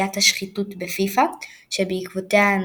פיפ"א פורמט מתוקן